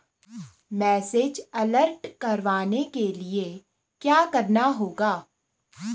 Message alert करवाने के लिए क्या करना होगा?